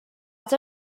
els